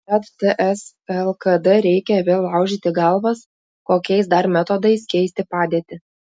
tad ts lkd reikia vėl laužyti galvas kokiais dar metodais keisti padėtį